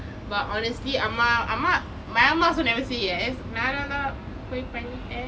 but honestly அம்மா அம்மா:amma amma my அம்மா:amma also never say yes நானா தான் போய் பண்ணிட்டேன்:naana thaan poi panniten